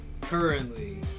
Currently